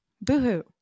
boohoo